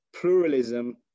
pluralism